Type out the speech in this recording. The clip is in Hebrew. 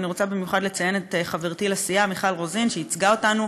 ואני רוצה במיוחד לציין את חברתי לסיעה מיכל רוזין שייצגה אותנו